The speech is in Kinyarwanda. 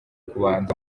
kubanza